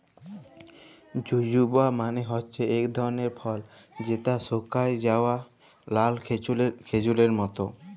জুজুবা মালে হছে ইক ধরলের ফল যেট শুকাঁয় যাউয়া লাল খেজুরের মত